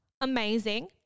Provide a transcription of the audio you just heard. amazing